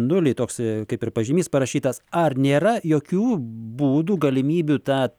nuliui toks kaip ir pažymys parašytas ar nėra jokių būdų galimybių tą